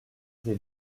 des